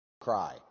cry